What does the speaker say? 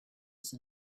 sun